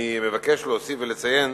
אני מבקש להוסיף ולציין